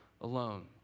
alone